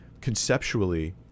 conceptually